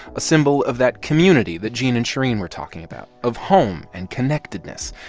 a symbol of that community that gene and shereen were talking about of home and connectedness.